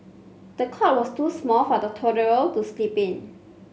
the cot was too small for the toddler to sleep in